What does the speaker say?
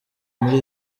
muri